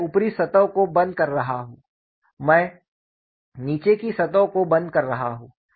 मैं ऊपरी सतह को बंद कर रहा हूं मैं नीचे की सतह को बंद कर रहा हूं